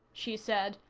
she said.